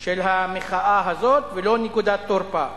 של המחאה הזאת ולא נקודת תורפה.